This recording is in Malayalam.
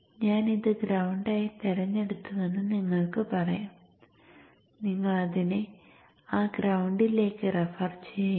ഞാൻ ഇത് ഗ്രൌണ്ടായി തിരഞ്ഞെടുത്തുവെന്ന് നമുക്ക് പറയാം നിങ്ങൾ അതിനെ ആ ഗ്രൌണ്ടിലേക്ക് റഫർ ചെയ്യുക